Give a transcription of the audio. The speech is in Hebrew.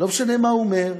לא משנה מה הוא אומר,